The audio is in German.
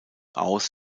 aus